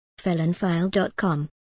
felonfile.com